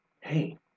Hey